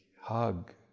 hug